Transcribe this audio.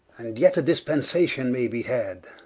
and yet a dispensation may bee had